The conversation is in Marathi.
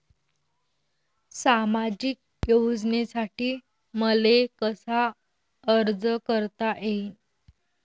सामाजिक योजनेसाठी मले कसा अर्ज करता येईन?